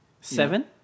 Seven